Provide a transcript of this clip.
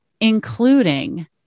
including